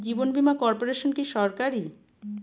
জীবন বীমা কর্পোরেশন কি সরকারি?